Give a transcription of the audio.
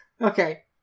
okay